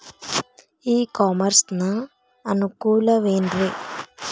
E commerce ನ ಅನುಕೂಲವೇನ್ರೇ?